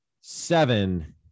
Seven